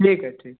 ठीक है ठीक